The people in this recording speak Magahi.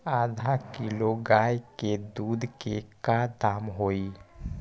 आधा किलो गाय के दूध के का दाम होई?